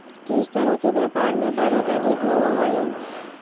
किस तरह के व्यापार में बढ़त अधिक होवअ हई